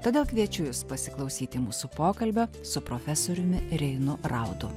todėl kviečiu jus pasiklausyti mūsų pokalbio su profesoriumi reinu raudu